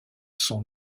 sont